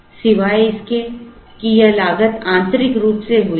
सिवाय इसके कि यह लागत आंतरिक रूप से हुई है